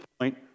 point